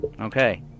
Okay